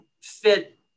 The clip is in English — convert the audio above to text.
fit